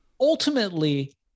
ultimately